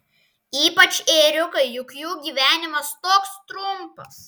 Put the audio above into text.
ypač ėriukai juk jų gyvenimas toks trumpas